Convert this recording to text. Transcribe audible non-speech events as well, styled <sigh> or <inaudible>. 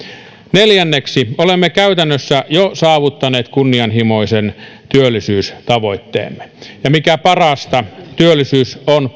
neljänneksi olemme käytännössä jo saavuttaneet kunnianhimoisen työllisyystavoitteemme ja mikä parasta työllisyys on <unintelligible>